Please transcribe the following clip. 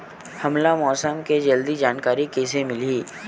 हमला मौसम के जल्दी जानकारी कइसे मिलही?